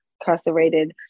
incarcerated